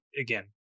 again